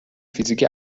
فیزیک